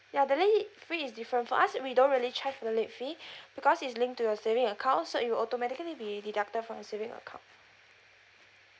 ya the late f~ fee is different for us we don't really charge your late fee because is linked to your saving account so it will automatically be deducted from your saving account